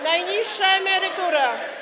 Najniższa emerytura.